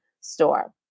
store